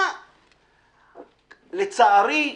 לצערי,